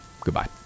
Goodbye